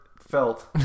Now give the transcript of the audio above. felt